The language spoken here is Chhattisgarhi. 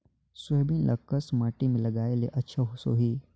सोयाबीन ल कस माटी मे लगाय ले अच्छा सोही?